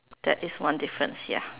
there is one difference ya